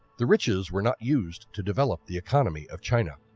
the riches were not used to develop the economy of china.